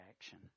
action